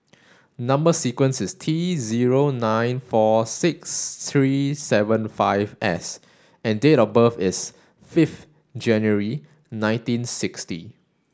number sequence is T zero nine four six three seven five S and date of birth is fifth January nineteen sixty